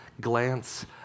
glance